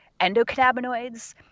endocannabinoids